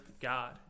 God